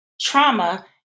trauma